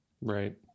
Right